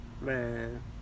man